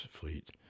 fleet